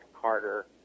Carter